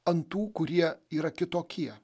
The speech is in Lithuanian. ant tų kurie yra kitokie